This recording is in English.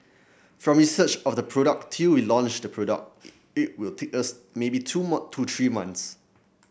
from research of the product till we launch the product it it will take us maybe two to three months